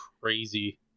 crazy